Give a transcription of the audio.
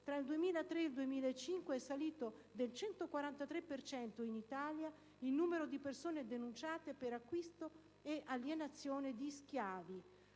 tra il 2003-2005 è salito del 143 per cento in Italia il numero di persone denunciate per acquisto e alienazione di schiavi.